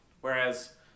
Whereas